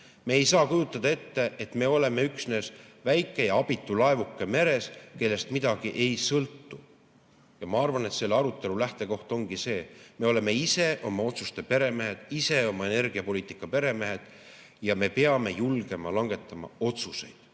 Me ei saa kujutada ette, et me oleme üksnes väike ja abitu laevuke meres, kellest midagi ei sõltu. Ma arvan, et selle arutelu lähtekoht ongi see, et me oleme ise oma otsuste peremehed, ise oma energiapoliitika peremehed ja me peame julgema langetada otsuseid